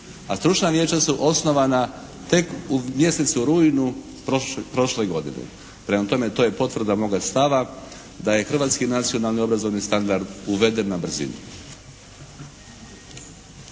A stručna vijeća su osnovana tek u mjesecu rujnu prošle godine. Prema tome to je potvrda moga stava da je hrvatski nacionalni obrazovni standard uveden na brzinu.